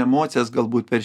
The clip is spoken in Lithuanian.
emocijas galbūt per